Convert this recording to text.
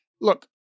look